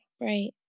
Right